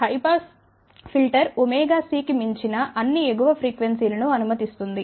high pass filter c కి మించిన అన్ని ఎగువ ప్రీక్వెన్సీలను అనుమతిస్తుంది